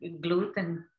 gluten